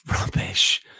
rubbish